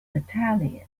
battalion